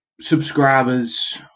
subscribers